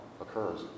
occurs